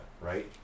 right